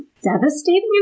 devastating